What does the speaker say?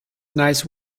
nice